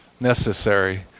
necessary